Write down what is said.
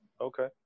okay